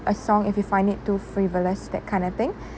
a song if you find it too frivolous that kind of thing